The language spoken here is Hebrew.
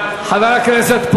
חבר הכנסת,